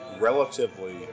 relatively